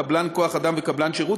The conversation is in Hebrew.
קבלן כוח-אדם וקבלן שירות,